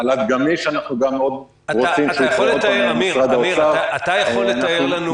חל"ת גמיש אנחנו גם מאוד רוצים שיקרה אבל עוד פעם זה מופנה למשרד האוצר.